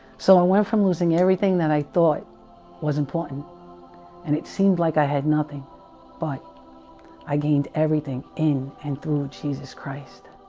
so i went from losing everything that i thought was important and it seemed like i had nothing but i gained everything in and through jesus christ